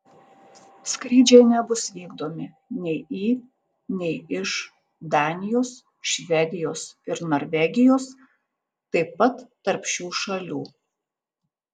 skrydžiai nebus vykdomi nei į nei iš danijos švedijos ir norvegijos taip pat tarp šių šalių